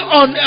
on